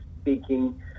speaking